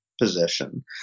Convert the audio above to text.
position